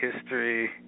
history